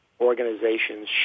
organizations